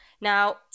now